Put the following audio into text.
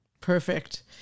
Perfect